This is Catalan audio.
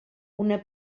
una